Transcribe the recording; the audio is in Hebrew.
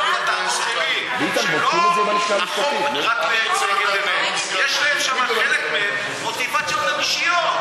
יש לחלק מהם יש גם מוטיבציות אישיות.